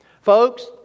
Folks